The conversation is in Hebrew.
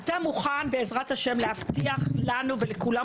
אני מציע עוד שלב,